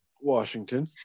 Washington